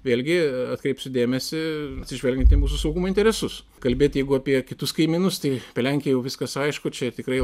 vėlgi atkreipsiu dėmesį atsižvelgiant į mūsų saugumo interesus kalbėt jeigu apie kitus kaimynus tai apie lenkiją jau viskas aišku čia tikrai